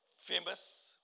famous